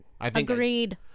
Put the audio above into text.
Agreed